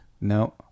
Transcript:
No